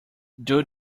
due